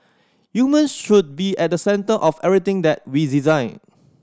humans should be at the centre of everything that we design